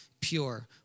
pure